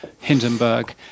Hindenburg